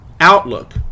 outlook